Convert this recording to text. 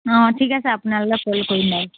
অঁ ঠিক আছে আপোনালে কল কৰিম বাৰু